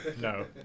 No